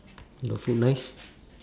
your feel nice